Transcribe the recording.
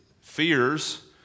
fears